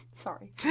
sorry